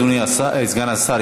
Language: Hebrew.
אדוני סגן השר,